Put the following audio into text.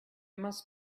must